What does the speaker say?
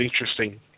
interesting